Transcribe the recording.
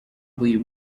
believe